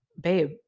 babe